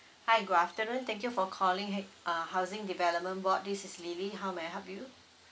hi good afternoon thank you for calling ha~ uh housing development board this is lily how may I help you